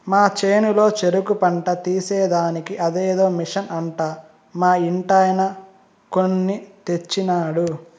మా చేనులో చెరుకు పంట తీసేదానికి అదేదో మిషన్ అంట మా ఇంటాయన కొన్ని తెచ్చినాడు